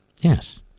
Yes